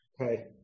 Okay